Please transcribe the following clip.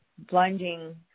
blinding